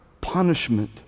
punishment